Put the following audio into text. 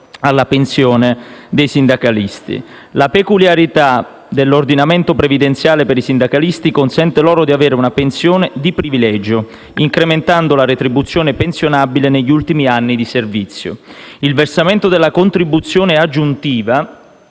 alla pensione dei sindacalisti. La peculiarità dell'ordinamento previdenziale per i sindacalisti consente loro di avere una pensione di privilegio incrementando la retribuzione pensionabile negli ultimi anni di servizio. Il versamento della contribuzione aggiuntiva